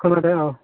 खोनादों औ